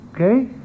okay